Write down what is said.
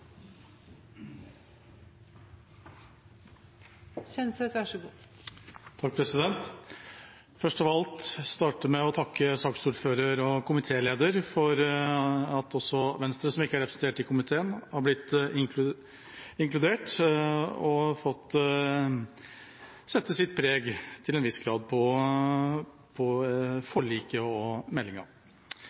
Først av alt vil jeg starte med å takke saksordføreren og komitélederen for at Venstre, som ikke er representert i komiteen, har blitt inkludert og til en viss grad har fått sette sitt preg